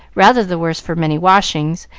rather the worse for many washings,